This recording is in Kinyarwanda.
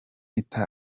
peter